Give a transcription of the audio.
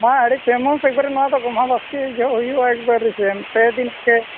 ᱢᱟ ᱱᱚᱣᱟ ᱫᱚ ᱟᱹᱰᱤ ᱯᱷᱮᱢᱟᱥ ᱮᱠᱵᱟᱨᱮ ᱱᱚᱣᱟ ᱫᱚ ᱜᱚᱢᱦᱟ ᱵᱟᱥᱠᱮ ᱡᱚᱦᱚᱜ ᱦᱩᱭᱩᱜᱼᱟ ᱮᱠᱵᱟᱨᱮ ᱥᱮᱱ ᱯᱮ ᱫᱤᱱ ᱯᱮ